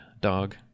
dog